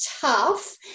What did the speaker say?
tough